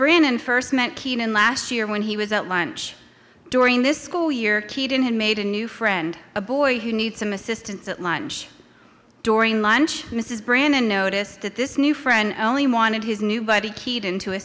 bryn and first met keenan last year when he was at lunch during this school year keeton had made a new friend a boy who need some assistance at lunch during lunch mrs brandon noticed that this new friend only wanted his new body keyed in to a